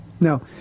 Now